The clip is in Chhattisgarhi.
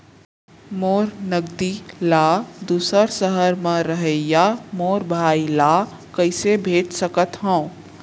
मोर नगदी ला दूसर सहर म रहइया मोर भाई ला कइसे भेज सकत हव?